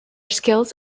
skills